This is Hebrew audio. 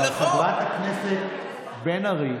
אבל חברת הכנסת בן ארי,